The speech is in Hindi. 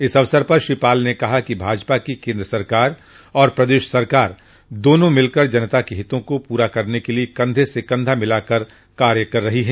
इस अवसर पर श्री पाल ने कहा कि भाजपा की केन्द्र सरकार और प्रदेश सरकार दोनों मिलकर जनता के हितों को पूरा करने के लिये कंधे से कंधा मिलाकर कार्य कर रही है